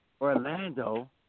Orlando